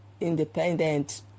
independent